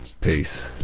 Peace